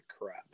crap